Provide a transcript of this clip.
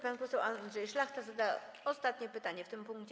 Pan poseł Andrzej Szlachta zada ostatnie pytanie w tym punkcie.